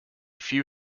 few